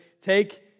take